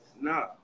No